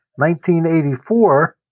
1984